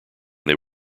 they